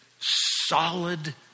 solid